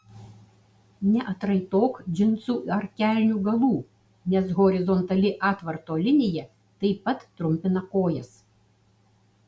neatraitok džinsų ar kelnių galų nes horizontali atvarto linija taip pat trumpina kojas